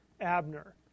Abner